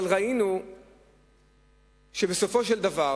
אבל ראינו שבסופו של דבר